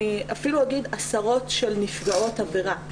אני אפילו אומר, עשרות של נפגעות עבירה.